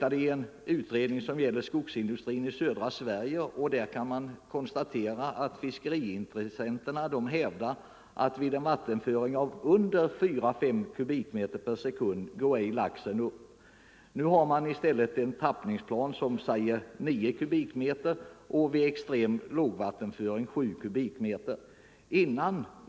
Av en utredning rörande skogsindustrin i södra Sverige framgår att företrädare för fiskeriintressena hävdat att laxen inte går upp vid en vattenföring understigande 4-5 m” per sekund. Den avtappningsplan som 1 nu tillämpas innebär en vattenföring av 9 m” per sekund och vid extremt liten vattenföring 7 m” per sekund.